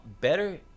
better